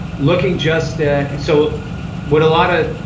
looking just ah so what a lot of